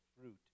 fruit